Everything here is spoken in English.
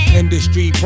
industry